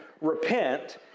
repent